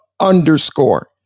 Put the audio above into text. underscore